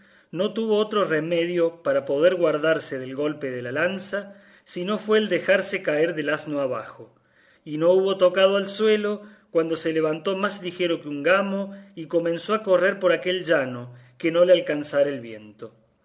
no tuvo otro remedio para poder guardarse del golpe de la lanza si no fue el dejarse caer del asno abajo y no hubo tocado al suelo cuando se levantó más ligero que un gamo y comenzó a correr por aquel llano que no le alcanzara el viento